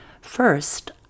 First